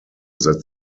that